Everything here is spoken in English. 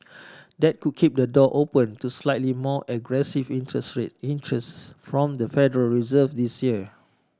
that could keep the door open to slightly more aggressive interest rate increases from the Federal Reserve this year